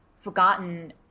forgotten